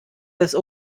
des